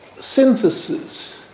synthesis